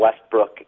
Westbrook